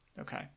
okay